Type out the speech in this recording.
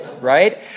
Right